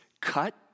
cut